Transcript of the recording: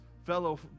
fellow